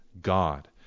God